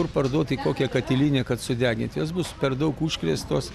kur parduot į kokią katilinę kad sudegint jos bus per daug užkrėstos